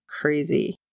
crazy